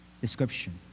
description